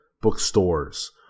bookstores